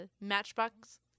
matchbox